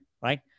right